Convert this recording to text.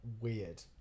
weird